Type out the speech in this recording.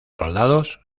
soldados